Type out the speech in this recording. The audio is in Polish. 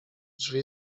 drzwi